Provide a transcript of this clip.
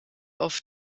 auf